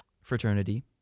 fraternity